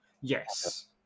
Yes